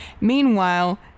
Meanwhile